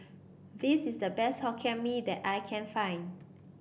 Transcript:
this is the best Hokkien Mee that I can find